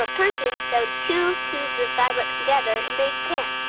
ah person sewed two tubes of fabric together and make pants.